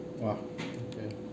!wah! okay